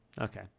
Okay